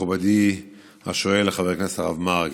מכובדי השואל חבר הכנסת הרב מרגי,